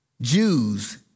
Jews